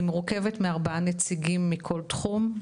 היא מורכבת מארבעה נציגים מכל תחום,